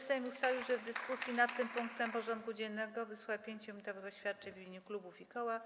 Sejm ustalił, że w dyskusji nad tym punktem porządku dziennego wysłucha 5-minutowych oświadczeń w imieniu klubów i koła.